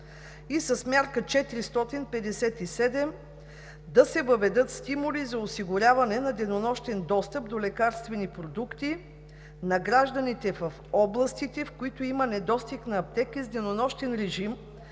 и с Мярка 457 да се въведат стимули за осигуряване на денонощен достъп до лекарствени продукти на гражданите в областите, в които има недостиг на аптеки с денонощен режим